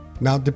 now